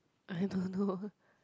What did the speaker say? I don't know